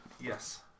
Yes